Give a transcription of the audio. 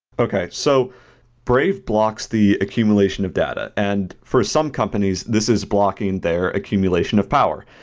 okay. so brave blocks the accumulation of data, and for some companies, this is blocking their accumulation of power.